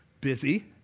Busy